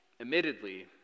admittedly